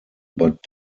but